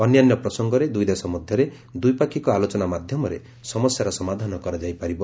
ଅନ୍ୟାନ୍ୟ ପ୍ରସଙ୍ଗରେ ଦୁଇଦେଶ ମଧ୍ୟରେ ଦ୍ୱିପାକ୍ଷିକ ଆଲୋଚନା ମାଧ୍ୟମରେ ସମସ୍ୟାର ସମାଧାନ କରାଯାଇ ପାରିବ